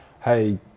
Hey